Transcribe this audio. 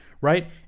Right